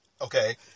Okay